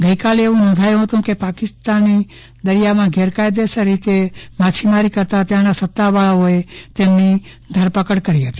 ગઇકાલે એવું નોંધાયું હતું કે પાકિસ્તાની દરિયામાં ગેરકાયદેસર રીતે માછીમારી કરતા ત્યાંના સત્તાવાળાઓએ તેમની ધરપકડ કરી હતી